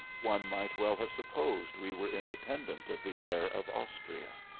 one might well have supposed we were independent of the heir of austria.